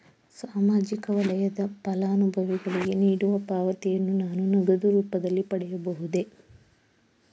ಸಾಮಾಜಿಕ ವಲಯದ ಫಲಾನುಭವಿಗಳಿಗೆ ನೀಡುವ ಪಾವತಿಯನ್ನು ನಾನು ನಗದು ರೂಪದಲ್ಲಿ ಪಡೆಯಬಹುದೇ?